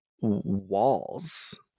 walls